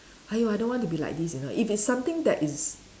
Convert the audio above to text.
!aiyo! I don't want to be like this you know if it's something that is